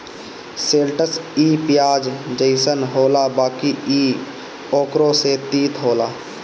शैलटस इ पियाज जइसन होला बाकि इ ओकरो से तीत होला